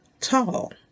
tall